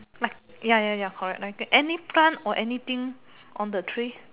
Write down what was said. lah ya ya ya correct like that any plant or anything on the tree